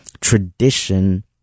tradition